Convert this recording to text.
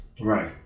Right